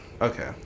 okay